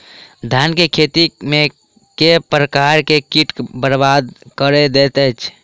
धान केँ खेती मे केँ प्रकार केँ कीट बरबाद कड़ी दैत अछि?